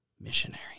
missionary